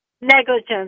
Negligence